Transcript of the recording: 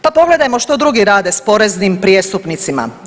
Pa pogledajmo što drugi rade s poreznim prijestupnicima.